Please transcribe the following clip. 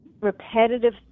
repetitive